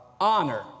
honor